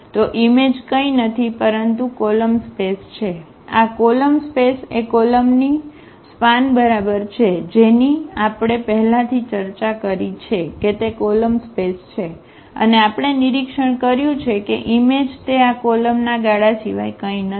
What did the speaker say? તો ઈમેજ કંઈ નથી પરંતુ કોલમ સ્પેસ છે આ કોલમ સ્પેસ એ કોલમની સ્પાન બરાબર છે જેની આપણે પહેલાથી ચર્ચા કરી છે કે તે કોલમ સ્પેસ છે અને આપણે નિરીક્ષણ કર્યું છે કે ઈમેજ એ આ કોલમના ગાળા સિવાય કંઈ નથી